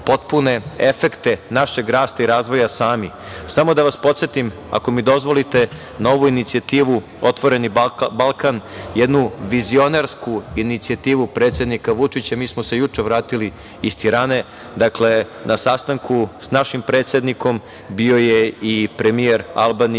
potpune efekte našeg razvoja i rasta sami, samo da vas podsetim na ovu inicijativu Otvoreni Balkan, jednu vizionarsku inicijativu predsednika Vučića, a mi smo se juče vratili iz Tirane. Dakle, na sastanku sa našim predsednikom, bio je i premijer Albanije,